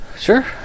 Sure